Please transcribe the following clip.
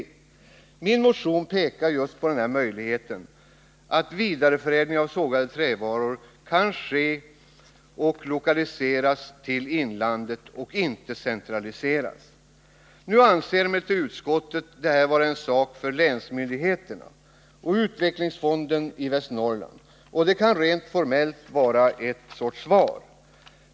I min motion pekas det på just möjligheten att vidareförädling av sågade trävaror kan lokaliseras till inlandet och inte behöver centraliseras. Nu anser emellertid utskottet att detta är en sak för länsmyndigheterna och utvecklingsfonden i Västernorrland. Rent formellt kan detta sägas vara ett slags svar.